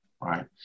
Right